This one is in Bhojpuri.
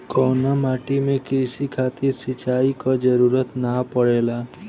कउना माटी में क़ृषि खातिर सिंचाई क जरूरत ना पड़ेला?